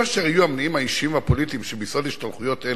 יהיו אשר יהיו המניעים האישיים והפוליטיים שביסוד השתלחויות אלה,